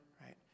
Right